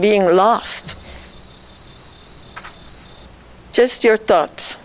being lost just your thoughts